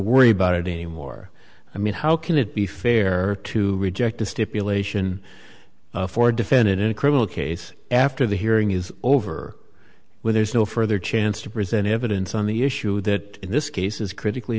worry about it any more i mean how can it be fair to reject the stipulation for defendant in a criminal case after the hearing is over when there's no further chance to present evidence on the issue that in this case is critically